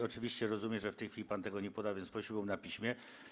Oczywiście rozumiem, że w tej chwili pan tego nie poda, więc prosiłbym na piśmie.